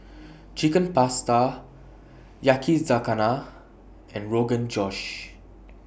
Chicken Pasta Yakizakana and Rogan Josh